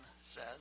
says